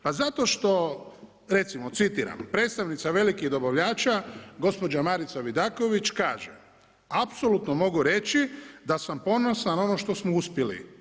Pa zato što, recimo, citiram, predstavnica velikih dobavljača gospođa Marica Vidaković, kaže, apsolutno mogu reći, da sam ponosna na ono što smo uspjeli.